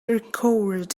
recovered